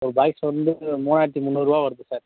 ஒரு பாக்ஸ் வந்து மூவாயிரத்தி முந்நூறுபா வருது சார்